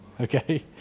Okay